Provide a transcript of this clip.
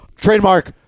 Trademark